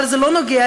אבל זה לא נוגע,